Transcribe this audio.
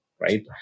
right